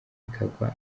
ikagwa